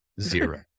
zero